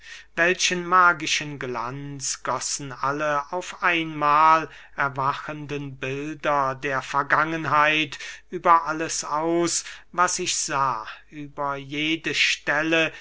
welchen magischen glanz gossen alle auf einmahl erwachende bilder der vergangenheit über alles aus was ich sah über jede stelle